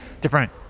different